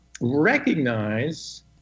recognize